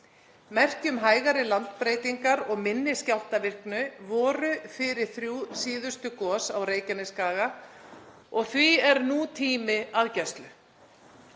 Merki um hægari landbreytingar og minni skjálftavirkni voru fyrir þrjú síðustu gos á Reykjanesskaga og því er nú tími aðgæslu.